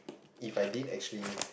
if I did actually